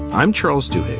i'm charles, too,